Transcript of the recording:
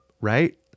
Right